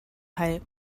height